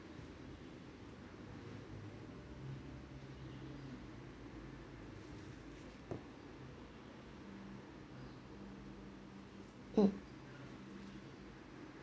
mm